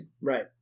Right